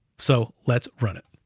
so let's run it.